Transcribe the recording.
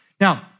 Now